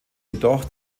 jedoch